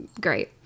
great